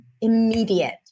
immediate